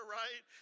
right